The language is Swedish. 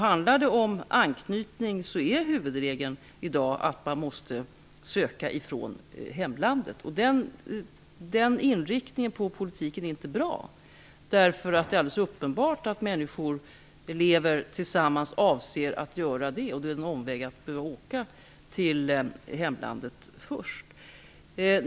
Handlar det om anknytningsinvandring är huvudregeln att man måste söka från hemlandet. Den inriktningen på politiken är inte bra. Det är alldeles uppenbart att detta är människor som lever tillsammans och avser att göra det även i fortsättningen, och då är det en omväg att behöva åka till hemlandet först.